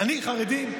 אני חרדי,